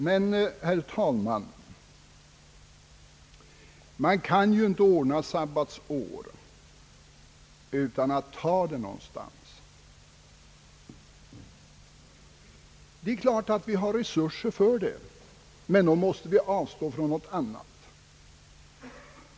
Men vi kan ju inte, herr talman, ordna sabbatsår utan att ta det någonstans. Det är klart att vi har resurser för ändamålet, men då måste vi avstå från någonting annat.